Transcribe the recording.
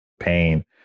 pain